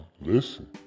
listen